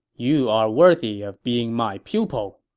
you are worthy of being my pupil.